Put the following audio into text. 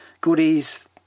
Goodies